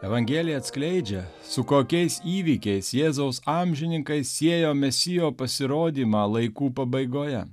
evangelija atskleidžia su kokiais įvykiais jėzaus amžininkai siejo mesijo pasirodymą laikų pabaigoje